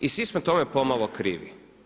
I svi smo tome pomalo krivi.